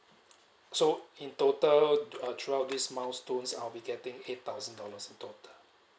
so in total uh throughout this milestones I'll be getting eight thousand dollars in total